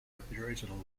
aboriginal